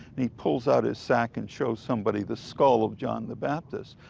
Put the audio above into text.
he pulls out his sack and shows somebody the skull of john the baptist.